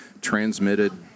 transmitted